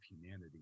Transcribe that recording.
humanity